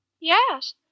yes